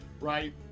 right